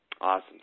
Awesome